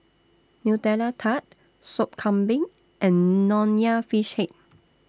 Nutella Tart Sop Kambing and Nonya Fish Head